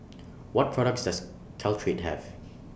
What products Does Caltrate Have